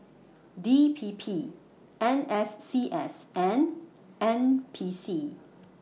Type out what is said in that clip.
D P P N S C S and N P C